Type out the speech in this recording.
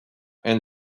and